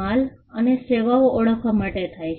માલ અને સેવાઓ ઓળખવા માટે થાય છે